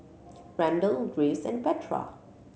Randall Graves and Petra